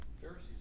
Pharisees